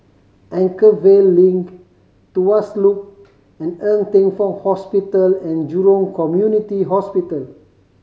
Anchorvale Link Tuas Loop and Ng Teng Fong Hospital And Jurong Community Hospital